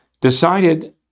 decided